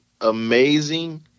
amazing –